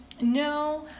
No